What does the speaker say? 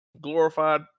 glorified